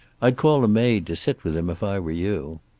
i'd call a maid to sit with him, if i were you.